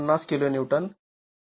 २८ kilo newton आहे